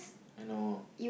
I know